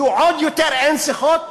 יהיו עוד יותר "אין שיחות"?